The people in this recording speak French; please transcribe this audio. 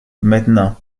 maintenant